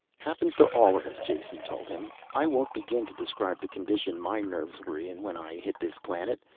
happens to all of us, jason told him. i won't begin to describe the condition my nerves were in when i hit this planet.